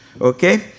Okay